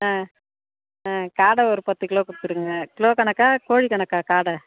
ஆ ஆ காடை ஒரு பத்து கிலோ கொடுத்துருங்க கிலோ கணக்கா கோழி கணக்கா காடை